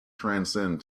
transcend